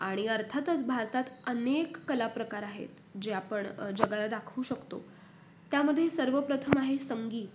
आणि अर्थातच भारतात अनेक कलाप्रकार आहेत जे आपण जगाला दाखवू शकतो त्यामध्ये सर्वप्रथम आहे संगीत